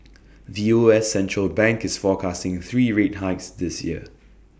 the U S central bank is forecasting three rate hikes this year